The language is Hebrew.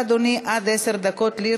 התקבלה.